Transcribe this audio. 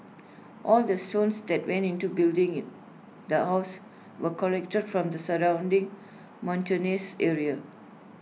all the stones that went into building the house were collected from the surrounding mountainous area